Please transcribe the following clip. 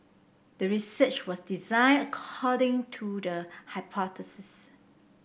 the research was designed according to the hypothesis